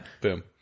Boom